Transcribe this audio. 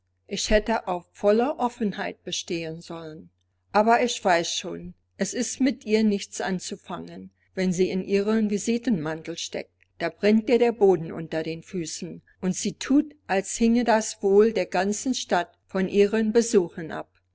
ich hätte auf volle offenheit bestehen sollen aber ich weiß schon es ist mit ihr nichts anzufangen wenn sie in ihrem visitenmantel steckt da brennt ihr der boden unter den füßen und sie thut als hinge das wohl der ganzen stadt von ihren besuchen ab